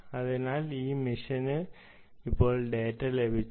അതിനാൽ ഈ മെഷീന് ഇപ്പോൾ ഡാറ്റ ലഭിച്ചു